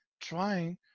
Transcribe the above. trying